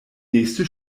nächste